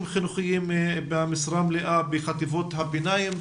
חינוכיים במשרה מלאה בחטיבות הביניים,